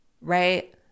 right